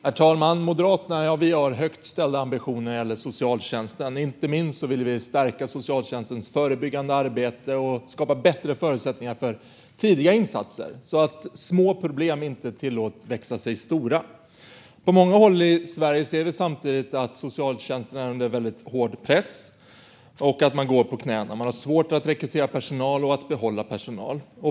Herr talman! Moderaterna har högt ställda ambitioner när det gäller socialtjänsten. Inte minst vill vi stärka socialtjänstens förebyggande arbete och skapa bättre förutsättningar för tidiga insatser så att små problem inte tillåts växa sig stora. På många håll i Sverige ser vi samtidigt att socialtjänsten är under hård press och går på knäna. Man har svårt att rekrytera personal och behålla personal.